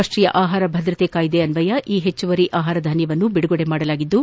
ರಾಷ್ಟೀಯ ಆಹಾರ ಭದ್ರತಾ ಕಾಯ್ದೆಯನ್ವಯ ಈ ಹೆಚ್ಚುವರಿ ಆಹಾರಧಾನ್ಯವನ್ನು ಬಿಡುಗಡೆ ಮಾಡಲಾಗಿದ್ದು